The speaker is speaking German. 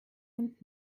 und